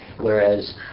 whereas